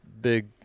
big